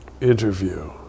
interview